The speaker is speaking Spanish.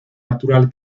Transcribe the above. natural